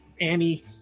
Annie